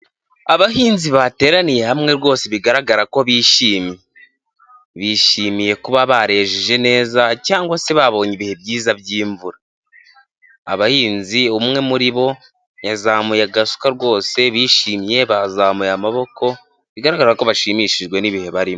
Abahinzi bateraniye hamwe rwose bigaragara ko bishimye bishimiye kuba barejeje neza cyangwa se babonye ibihe byiza byimvura, abahinzi umwe muri bo yazamuye agasuka rwose bishimye bazamuye amaboko, bigaragara ko bashimishijwe n'ibihe barimo.